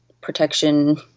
protection